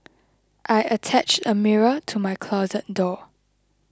I attached a mirror to my closet door